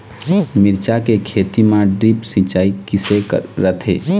मिरचा के खेती म ड्रिप सिचाई किसे रथे?